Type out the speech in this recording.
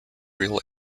real